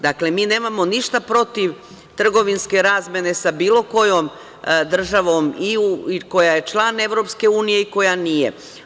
Dakle, mi nemamo ništa protiv trgovinske razmene sa bilo kojoj državom i koja je član EU i koja nije.